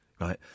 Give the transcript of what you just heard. Right